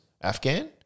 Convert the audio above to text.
Afghan